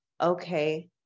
Okay